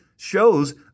shows